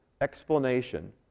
explanation